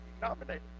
nominated